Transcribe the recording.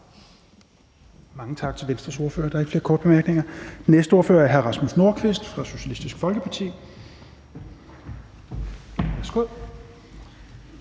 Mange tak til Venstres ordfører. Der er ikke flere korte bemærkninger. Den næste ordfører er hr. Rasmus Nordqvist fra Socialistisk Folkeparti. Værsgo.